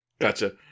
Gotcha